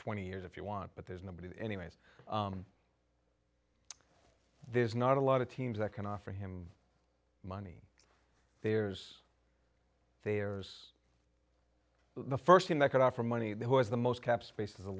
twenty years if you want but there's nobody anyways there's not a lot of teams that can offer him money there's there's the first thing that could offer money who has the most cap space is the